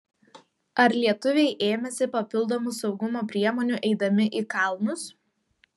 ar lietuviai ėmėsi papildomų saugumo priemonių eidami į kalnus